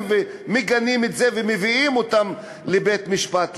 ומגנים את זה ומביאים אותם לבית-משפט,